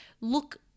look